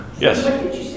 Yes